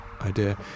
idea